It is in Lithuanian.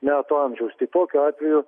metų amžiaus tai tokiu atveju